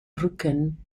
rücken